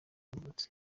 yavutse